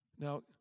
Now